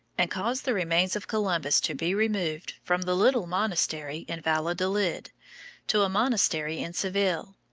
and caused the remains of columbus to be removed from the little monastery in valladolid to a monastery in seville,